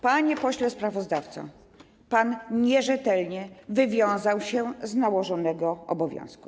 Panie pośle sprawozdawco, pan nierzetelnie wywiązał się z nałożonego obowiązku.